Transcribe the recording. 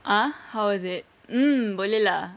ah how was it mm boleh lah